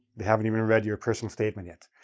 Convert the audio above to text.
they haven't even read your personal statement yet.